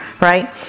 right